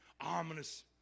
ominous